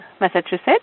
Massachusetts